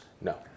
No